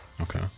okay